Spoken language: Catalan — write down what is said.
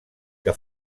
que